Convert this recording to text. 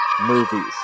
movies